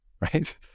right